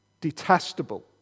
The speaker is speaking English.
Detestable